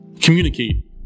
communicate